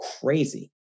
crazy